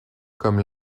comme